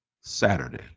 saturday